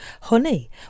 Honey